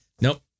nope